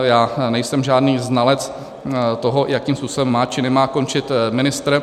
Já nejsem žádný znalec toho, jakým způsobem má či nemá končit ministr.